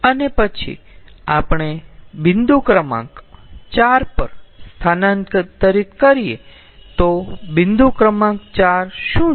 અને પછી આપણે બિંદ ક્રમાંક 4 પર સ્થાનાંતરિત કરીએ તો બિંદ ક્રમાંક 4 શું છે